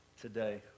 today